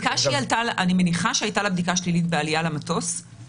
אני מניחה שהייתה לה בדיקה שלילית בעלייה למטוס,